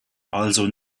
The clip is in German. also